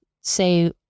say